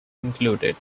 included